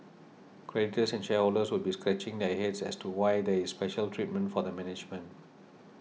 creditors and shareholders would be scratching their heads as to why there is special treatment for the management